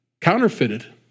counterfeited